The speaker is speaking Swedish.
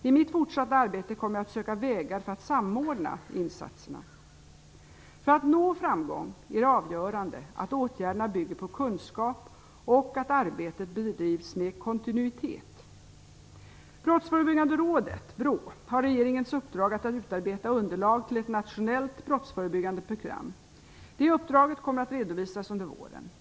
I mitt fortsatta arbete kommer jag att söka vägar för att samordna insatserna. För att nå framgång är det avgörande att åtgärderna bygger på kunskap och att arbetet bedrivs med kontinuitet. Brottsförebyggande rådet, BRÅ, har regeringens uppdrag att utarbeta underlag till ett nationellt brottsförebyggande program. Uppdraget kommer att redovisas under våren.